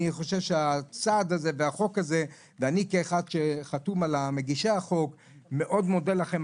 אני חושב שהצעד הזה והחוק הזה ואני כאחד שחתום על החוק מאוד מודה לכם.